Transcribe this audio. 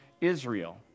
Israel